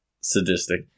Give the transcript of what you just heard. sadistic